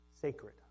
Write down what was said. sacred